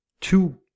two